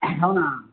అవునా